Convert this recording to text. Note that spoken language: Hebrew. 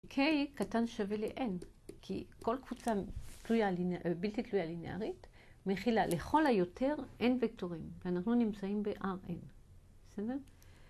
k קטן שווה ל-n, כי כל קבוצה בלתי תלויה לינארית מכילה לכל היותר n וקטורים, ואנחנו נמצאים ב-rn, בסדר?